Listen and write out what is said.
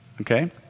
okay